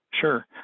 Sure